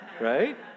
Right